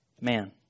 man